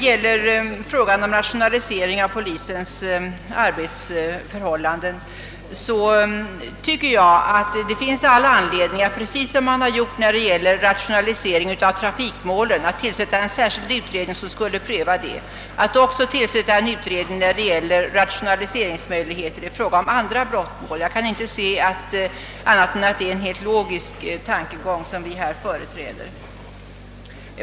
I frågan om rationalisering av polisens arbetsförhållanden tycker jag det finns all anledning att man gör precis på samma sätt som man gjorde när det gällde en rationalisering av trafikmålen, nämligen att tillsätta en särskild utredning med uppgift att undersöka rationaliseringsmöjligheterna även i fråga om andra brottmål. Jag kan inte se annat än att det är en helt logisk tankegång som vi här för fram.